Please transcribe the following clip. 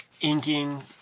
inking